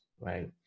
right